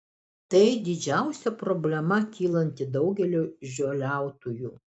tai didžiausia problema kylanti daugeliui žoliautojų